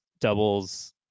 doubles